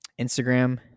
Instagram